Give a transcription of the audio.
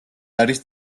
არის